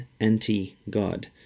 anti-God